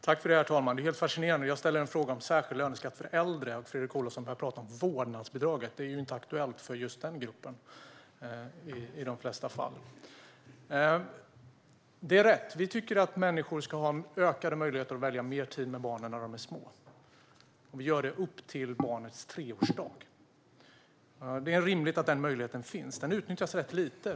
Herr talman! Detta är helt fascinerande. Jag ställer en fråga om särskild löneskatt för äldre, och Fredrik Olovsson börjar tala om vårdnadsbidraget. Det är ju inte aktuellt för just den gruppen, i de flesta fall. Det är rätt att vi tycker att människor ska ha ökade möjligheter att välja mer tid med barnen när de är små. Vi gör det möjligt fram till barnets treårsdag. Det är rimligt att den möjligheten finns. Den utnyttjas rätt lite.